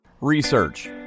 Research